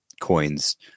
coins